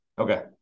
Okay